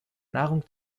nahrung